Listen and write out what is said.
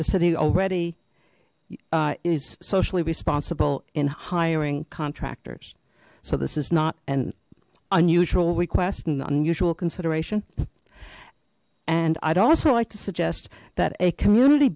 the city already is socially responsible in hiring contractors so this is not an unusual request and unusual consideration and i'd also like to suggest that a community